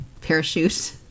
parachute